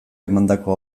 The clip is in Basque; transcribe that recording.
emandako